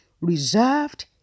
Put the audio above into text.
reserved